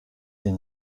den